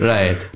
Right